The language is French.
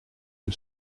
que